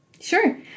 Sure